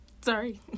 Sorry